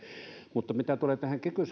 mitä tulee kiky